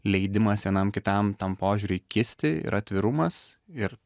leidimas vienam kitam tam požiūriui kisti ir atvirumas ir